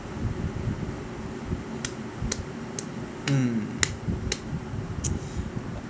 mm